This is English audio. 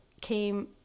came